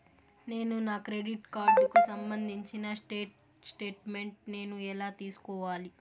నేను నా క్రెడిట్ కార్డుకు సంబంధించిన స్టేట్ స్టేట్మెంట్ నేను ఎలా తీసుకోవాలి?